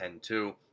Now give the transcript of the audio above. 10-2